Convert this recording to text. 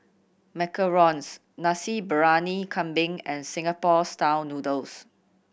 macarons Nasi Briyani Kambing and Singapore Style Noodles